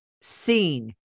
seen